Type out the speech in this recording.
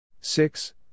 six